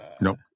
Nope